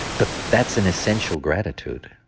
but that's an essential gratitude